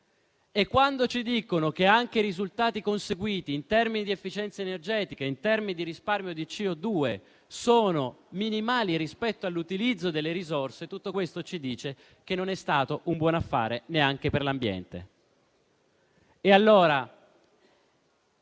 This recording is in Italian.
Quando ci dicono che anche i risultati conseguiti in termini di efficienza energetica e in termini di risparmio di CO2 sono minimali rispetto all'utilizzo delle risorse, tutto questo ci dice che non è stato un buon affare neanche per l'ambiente.